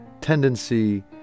tendency